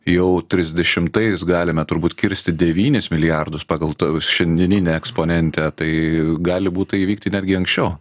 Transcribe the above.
jau trisdešimtais galime turbūt kirsti devynis milijardus pagal šiandieninę eksponentę tai gali būt tai įvykti netgi anksčiau